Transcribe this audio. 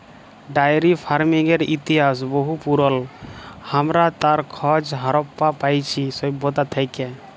diary ফার্মিংয়ের ইতিহাস বহু পুরল, হামরা তার খজ হারাপ্পা পাইছি সভ্যতা থেক্যে